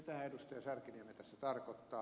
särkiniemi tässä tarkoittaa